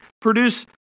produce